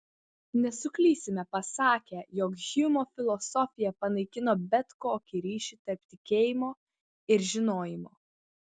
nesuklysime pasakę jog hjumo filosofija panaikino bet kokį ryšį tarp tikėjimo ir žinojimo